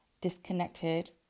disconnected